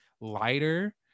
lighter